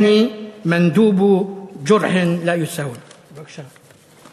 נציג של פּצע שאינו ניתן למיקוח.) בבקשה.